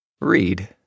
read